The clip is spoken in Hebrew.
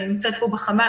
אני נמצאת פה בחמ"ל,